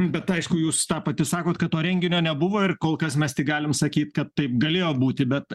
bet aišku jūs tą pati sakot kad to renginio nebuvo ir kol kas mes tik galim sakyt kad taip galėjo būti bet